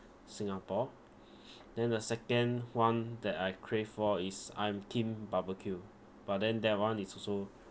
singapore then the second one that I crave for is I'm kim barbecue but then that one is also